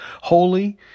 holy